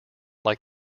like